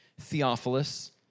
Theophilus